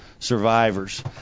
survivors